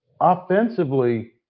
offensively